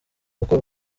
kuko